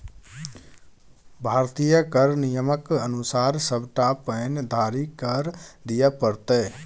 भारतीय कर नियमक अनुसार सभटा पैन धारीकेँ कर दिअ पड़तै